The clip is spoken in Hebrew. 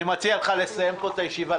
אני מציע לך לסיים פה את הישיבה,